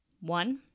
One